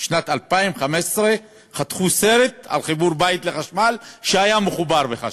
בשנת 2015 חתכו סרט על חיבור לחשמל של בית שהיה מחובר לחשמל.